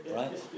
right